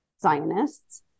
Zionists